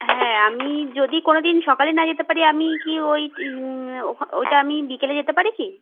হ্যাঁ আমি যদি কোনোদিন সকালে না যেতে পারি আমি কি ওই ওটা আমি বিকেলে যেতে পারি কি